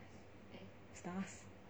stars